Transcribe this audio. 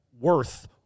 worth –